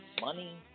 money